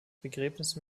begräbnis